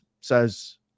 says